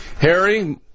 Harry